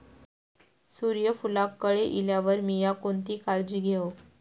सूर्यफूलाक कळे इल्यार मीया कोणती काळजी घेव?